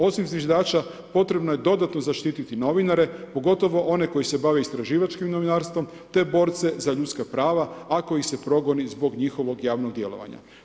Osim zviždača potrebno je dodatno zaštititi novinare, pogotovo one koji se bave istraživačkim novinarstvom, te borce za ljudska prava a kojih se progoni zbog njihovog javnog djelovanja.